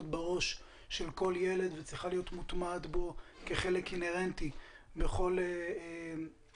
בראש של כל ילד וצריכה להיות מוטמעת בו כחלק אינהרנטי בכל מעבר,